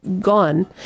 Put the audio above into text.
gone